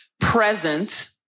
present